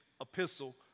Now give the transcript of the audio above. epistle